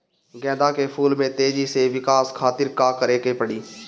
गेंदा के फूल में तेजी से विकास खातिर का करे के पड़ी?